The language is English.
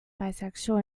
bisexual